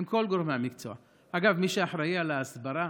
אגב, מי שאחראי להסברה